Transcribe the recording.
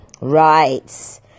right